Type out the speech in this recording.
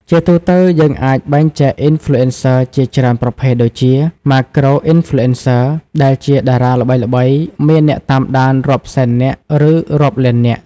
ជាទូទៅ យើងអាចបែងចែក Influencer ជាច្រើនប្រភេទ ដូចជា Macro-Influencers ដែលជាតារាល្បីៗមានអ្នកតាមដានរាប់សែននាក់ ឬរាប់លាននាក់។